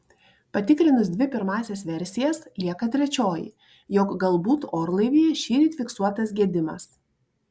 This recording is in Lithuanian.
patikrinus dvi pirmąsias versijas lieka trečioji jog galbūt orlaivyje šįryt fiksuotas gedimas